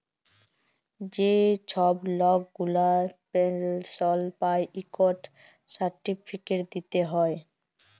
যে ছব লক গুলা পেলশল পায় ইকট সার্টিফিকেট দিতে হ্যয়